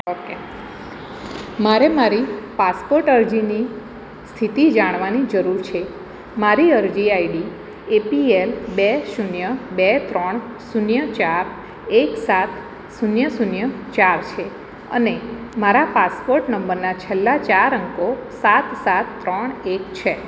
okay મારે મારી passport અરજીની સ્થિતિ જાણવાની જરૂર છે મારી અરજી આઈડી એપીએલ બે શૂન્ય બે ત્રણ શૂન્ય ચાર એક સાત શૂન્ય શૂન્ય ચાર છે અને મારા પાસપોર્ટ નંબરના છેલ્લા ચાર અંકો સાત સાત ત્રણ એક છે